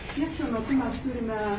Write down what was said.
kiek šiuo metu mes turime